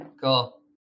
Cool